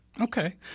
Okay